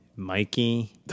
Mikey